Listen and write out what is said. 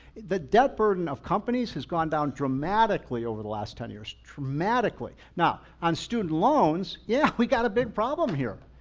the debt burden of companies has gone down dramatically over the last ten years. traumatically. now on student loans, yeah, we got a big problem here.